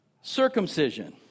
Circumcision